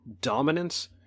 dominance